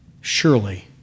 surely